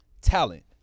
Talent